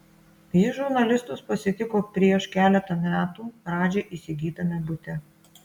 ji žurnalistus pasitiko prieš keletą metų radži įsigytame bute